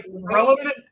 relevant